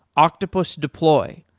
octopus deploy,